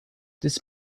this